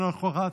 אינה נוכחת,